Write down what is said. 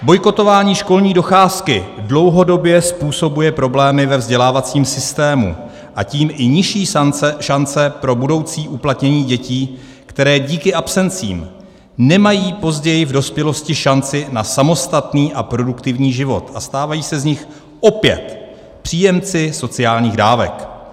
Bojkotování školní docházky dlouhodobě způsobuje problémy ve vzdělávacím systému, a tím i nižší šance pro budoucí uplatnění dětí, které díky absencím nemají později v dospělosti šanci na samostatný a produktivní život a stávají se z nich opět příjemci sociálních dávek.